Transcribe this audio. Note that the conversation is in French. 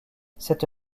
cette